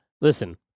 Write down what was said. listen